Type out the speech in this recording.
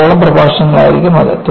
ആറോളം പ്രഭാഷണങ്ങളിലായിരിക്കും അത്